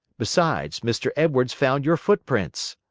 besides, mr. edwards found your foot-prints.